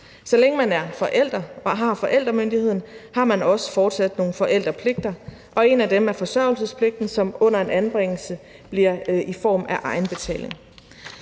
forældre og har forældremyndigheden, har man også fortsat nogle forældrepligter, og en af dem er forsørgelsespligten, som under en anbringelse bliver i form af egenbetaling.